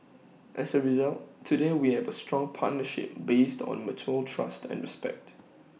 as A result today we have A strong partnership based on mutual trust and respect